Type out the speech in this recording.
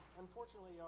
Unfortunately